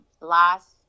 Last